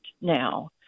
now